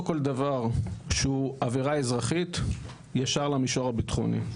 כל דבר שהוא עבירה אזרחית ישר למישור הביטחוני.